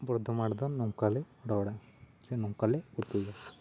ᱵᱚᱨᱫᱷᱚᱢᱟᱱ ᱨᱮᱫᱚ ᱱᱚᱝᱠᱟ ᱞᱮ ᱨᱚᱲᱟ ᱥᱮ ᱱᱚᱝᱠᱟ ᱞᱮ ᱩᱛᱩᱭᱟ